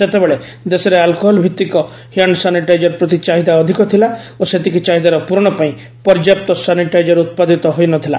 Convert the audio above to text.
ସେତେବେଳେ ଦେଶରେ ଆଲ୍କୋହଲ୍ଭିତିକ ହ୍ୟାଣ୍ଡ୍ ସାନିଟାଇଜର୍ ପ୍ରତି ଚାହିଦା ଅଧିକ ଥିଲା ଓ ସେତିକି ଚାହିଦାର ପୂରଣ ପାଇଁ ପର୍ଯ୍ୟାପ୍ତ ସାନିଟାଇଜର୍ ଉତ୍ପାଦିତ ହୋଇ ନ ଥିଲା